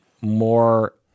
more